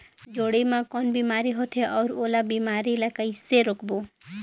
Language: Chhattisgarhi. जोणी मा कौन बीमारी होथे अउ ओला बीमारी ला कइसे रोकबो?